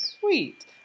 Sweet